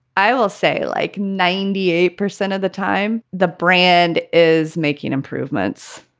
i will say like ninety eight percent of the time, the brand is making improvements,